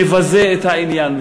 מבזה את העניין,